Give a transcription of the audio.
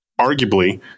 Arguably